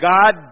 God